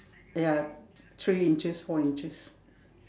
ya three inches four inches